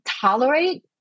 tolerate